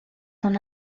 son